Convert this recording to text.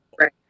Right